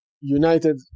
united